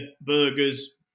burgers